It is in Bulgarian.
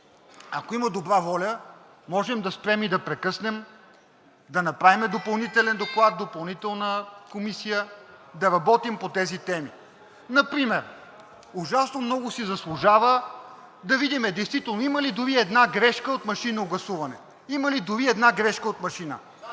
ако има добра воля, можем да спрем и да прекъснем, да направим допълнителен доклад, допълнителна комисия, да работим по тези теми. Например ужасно много си заслужава да видим действително има ли дори една грешка от машинно гласуване. Има ли дори една грешка от машина?!